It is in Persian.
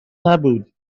نبود